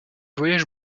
voyage